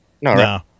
No